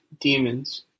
demons